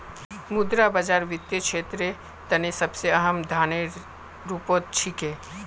मुद्रा बाजार वित्तीय क्षेत्रेर तने सबसे अहम साधनेर रूपत छिके